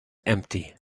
empty